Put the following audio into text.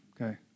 Okay